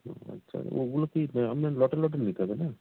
ও আচ্ছা ওগুলো কি আপনার লটে লটে নিতে হবে না